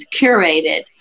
curated